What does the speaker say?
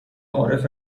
عارف